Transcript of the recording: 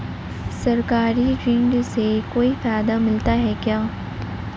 सरकारी ऋण से कोई फायदा मिलता है क्या?